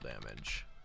damage